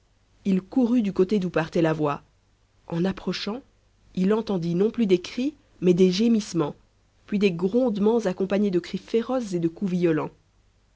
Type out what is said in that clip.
il courut du côté d'où partait la voix en approchant il entendit non plus des cris mais des gémissements puis des grondements accompagnés de cris féroces et de coups violents